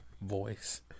voice